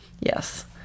yes